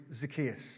Zacchaeus